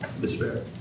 despair